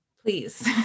please